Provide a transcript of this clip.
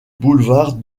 boulevard